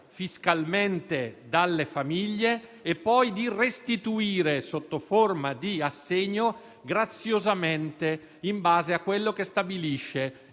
fiscalmente dalle famiglie e poi di restituire sotto forma di assegno, graziosamente in base a quello che stabilisce